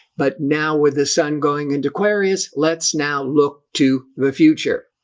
but now with the sun going into aquarius, let's now look to the future.